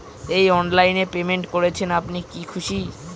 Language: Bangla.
এই অনলাইন এ পেমেন্ট করছেন আপনি কি খুশি?